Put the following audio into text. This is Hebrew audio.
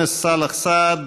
חבר הכנסת סאלח סעד,